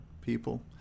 people